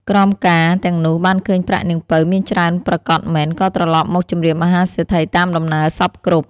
ក្រមការទាំងនោះបានឃើញប្រាក់នាងពៅមានច្រើនប្រាកដមែន ក៏ត្រឡប់មកជម្រាបមហាសេដ្ឋីតាមដំណើរសព្វគ្រប់ ។